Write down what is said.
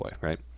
right